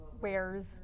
wears